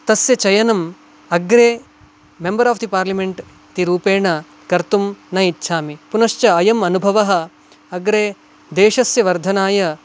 तस्य चयनम् अग्रे मेम्बर् आफ् दि पार्लिमेण्ट् इति रूपेण कर्तुं न इच्छामि पुनश्च अयम् अनुभवः अग्रे देशस्य वर्धनाय